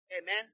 Amen